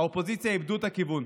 האופוזיציה איבדו את הכיוון.